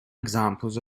examples